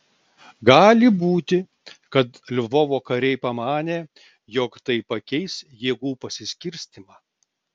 gali būti kad lvovo kariai pamanė jog tai pakeis jėgų pasiskirstymą